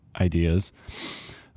ideas